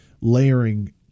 layering